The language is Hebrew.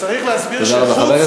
תודה רבה.